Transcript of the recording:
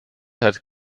hat